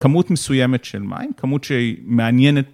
כמות מסוימת של מים כמות שהיא מעניינת.